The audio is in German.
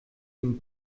dem